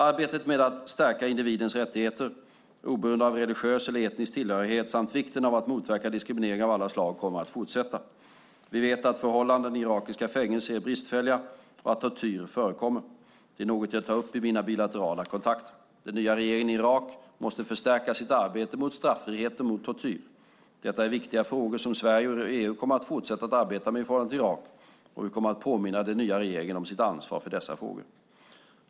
Arbetet med att stärka individens rättigheter, oberoende av religiös eller etnisk tillhörighet, samt vikten av att motverka diskriminering av alla slag kommer att fortsätta. Vi vet att förhållandena i irakiska fängelser är bristfälliga och att tortyr förekommer. Det är något jag tar upp i mina bilaterala kontakter. Den nya regeringen i Irak måste förstärka sitt arbete mot straffrihet och mot tortyr. Detta är viktiga frågor som Sverige och EU kommer att fortsätta att arbeta med i förhållande till Irak och vi kommer att påminna den nya regeringen om sitt ansvar för dessa frågor.